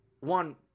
one